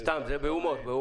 סתם, זה בהומור.